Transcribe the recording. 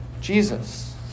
Jesus